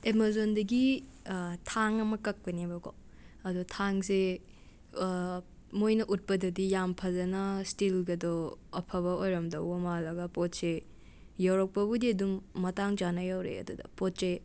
ꯑꯦꯃꯖꯣꯟꯗꯒꯤ ꯊꯥꯡ ꯑꯃ ꯀꯛꯄꯅꯦꯕꯀꯣ ꯑꯗꯣ ꯊꯥꯡꯁꯦ ꯃꯣꯏꯅ ꯎꯠꯄꯗꯗꯤ ꯌꯥꯝ ꯐꯖꯅ ꯁ꯭ꯇꯤꯜꯒꯗꯣ ꯑꯐꯕ ꯑꯣꯏꯔꯝꯒꯗꯧꯕ ꯃꯥꯜꯂꯒ ꯄꯣꯠꯁꯦ ꯌꯧꯔꯛꯄꯕꯨꯗꯤ ꯑꯗꯨꯝ ꯃꯇꯥꯡ ꯆꯥꯅ ꯌꯧꯔꯛꯑꯦ ꯑꯗꯨꯗ ꯄꯣꯠꯁꯦ